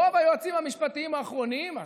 רוב היועצים המשפטיים האחרונים,